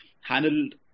handled